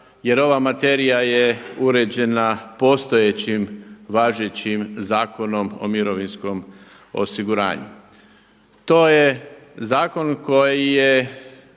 jer ova materija je uređena postojećim važećim Zakonom o mirovinskom osiguranju. To je zakon koji je